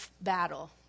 battle